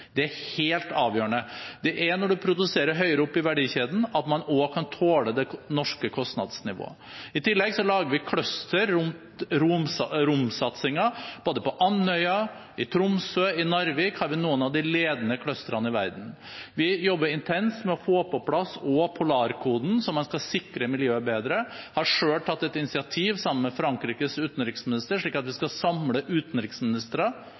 Det er helt avgjørende. Det er når man produserer høyere opp i verdikjeden at man også kan tåle det norske kostnadsnivået. I tillegg lager vi cluster rundt romsatsingen både på Andøya, i Tromsø og i Narvik, hvor vi har noen av de ledende clusterne i verden. Vi jobber også intenst med å få på plass polarkoden, som skal sikre miljøet bedre. Jeg har selv tatt et initiativ sammen med Frankrikes utenriksminister for at vi til sommeren skal samle utenriksministre